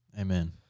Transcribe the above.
amen